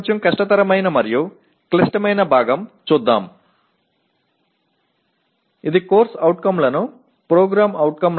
கொஞ்சம் கடினமான மற்றும் முக்கியமான பகுதி அதாவது CO களை PO களுடன் குறிப்பது பற்றி பார்ப்போம்